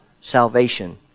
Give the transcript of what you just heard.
salvation